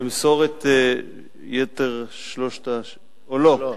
אני אמסור את יתר שלוש השאילתות או לא?